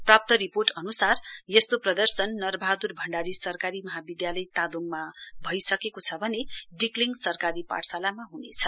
प्राप्त रिपोर्ट अनुसार यस्तो प्रदर्शन नर बहादुर भण्डारी सरकारी महाविधालय तादेङमा भइसकेको छ भने डिक्लिङ सरकारी पाठशालामा ह्नेछ